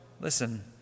listen